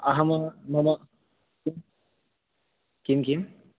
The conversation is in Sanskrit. अहं मम किं किं